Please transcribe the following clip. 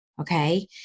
Okay